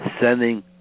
sending